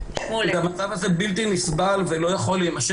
המצב הזה בלתי נסבל ולא יכול להימשך.